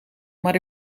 maar